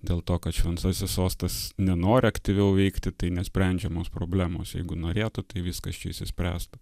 dėl to kad šventasis sostas nenori aktyviau veikti tai nesprendžiamos problemos jeigu norėtų tai viskas čia išsispręstų